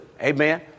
Amen